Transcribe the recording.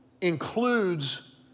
includes